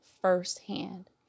firsthand